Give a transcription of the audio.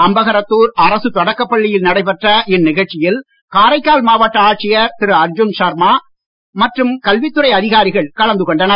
அம்பகரத்தூர் அரசு தொடக்கப்பள்ளியில் நடைபெற்ற இந்நிகழ்ச்சியில் காரைக்கால் மாவட்ட ஆட்சியர் திரு அர்ஜுன் சர்மா மற்றும் கல்வித் துறை அதிகாரிகள் கலந்து கொண்டனர்